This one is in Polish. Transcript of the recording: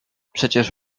przecież